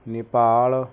Nepal